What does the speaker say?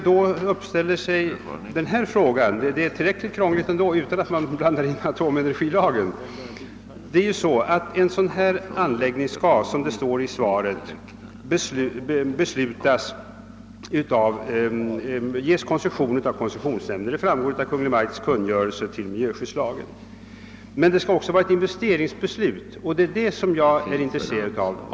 Då uppstår vissa frågor och det är tillräckligt krångligt utan att man blandar in atomenergilagen. För en sådan här anläggning skall, såsom framhålles i svaret, ges koncession av koncessionsnämnden, vilket framgår av miljöskyddskungörelsen. Men det skall också vara ett investeringsbeslut, och det är det jag är intresserad av.